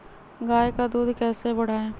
गाय का दूध कैसे बढ़ाये?